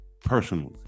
personally